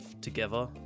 together